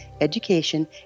education